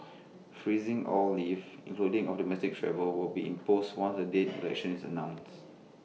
freezing all leave including domestic travel will be imposed once the date election is announced